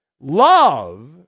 love